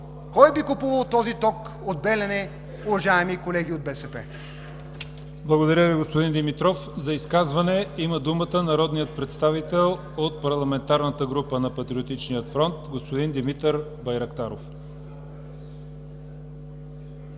Кой би купувал този ток от „Белене“, уважаеми колеги от БСП? ПРЕДСЕДАТЕЛ ЯВОР ХАЙТОВ: Благодаря Ви, господин Димитров. За изказване има думата народният представител от Парламентарната група на Патриотичния фронт – господин Димитър Байрактаров.